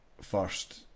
first